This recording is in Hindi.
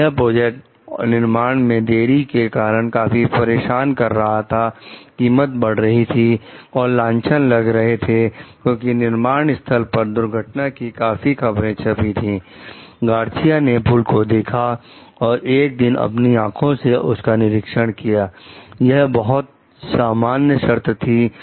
यह प्रोजेक्ट निर्माण में देरी के कारण काफी परेशान कर रहा था कीमत बढ़ रही थी और लांछन लग रहे थे क्योंकि निर्माण स्थल पर दुर्घटना की काफी खबरें छपी थी